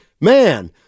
man